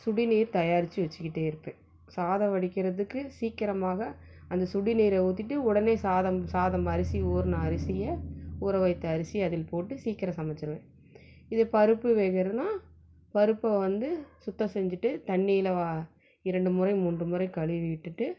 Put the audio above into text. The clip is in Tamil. சுடுநீர் தயாரிச்சு வச்சுக்கிட்டே இருக்கு சாதம் வடிக்கிறதுக்கு சீக்கிரமாக அந்த சுடுநீரை ஊற்றிட்டு உடனே சாதம் சாதம் அரிசி ஊறின அரிசியை ஊற வைத்த அரிசியை அதில் போட்டு சீக்கிரம் சமைச்சுருவேன் இதே பருப்பு வேகுறதுன்னா பருப்பை வந்து சுத்தம் செஞ்சிவிட்டு தண்ணியில வா இரண்டு முறை மூன்று முறை கழுவி விட்டுவிட்டு